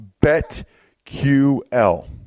BetQL